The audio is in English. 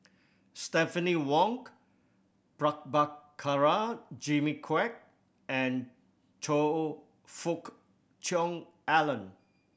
Stephanie Jimmy Quek and Choe Fook Cheong Alan